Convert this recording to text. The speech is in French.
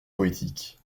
poétiques